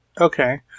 Okay